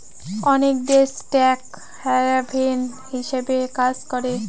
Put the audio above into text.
অনেক দেশ tax haven হিসাবে কাজ করে